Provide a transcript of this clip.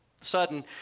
sudden